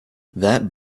that